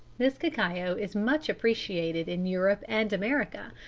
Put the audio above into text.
this cacao is much appreciated in europe and america,